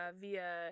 via